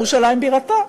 ירושלים בירתה.